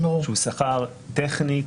שהוא שכר טכני,